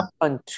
on